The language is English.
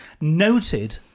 noted